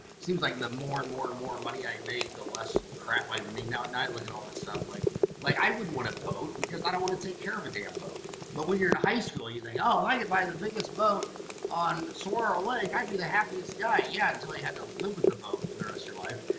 seems like the more and more and more money i make the less crap i um and make now at night look at all that stuff like like i wouldn't want a boat because i don't want to take care of a damn boat but when you're in high school you think oh my god by the biggest boat on saguaro lake i'd be the happiest guy yeah until i had to live with the boat for the rest your life.